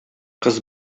кыз